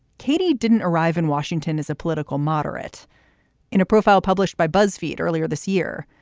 katie didn't arrive in washington as a political moderate in a profile published by buzzfeed earlier this year.